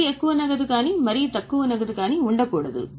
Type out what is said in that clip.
మరీ ఎక్కువ నగదు కానీ మరీ తక్కువ నగదు కానీ ఉండకూడదు